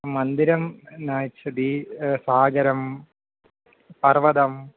मन्दिरं न इच्छति सागरं पर्वतं